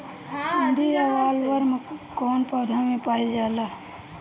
सुंडी या बॉलवर्म कौन पौधा में पाइल जाला?